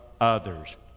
others